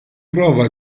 prova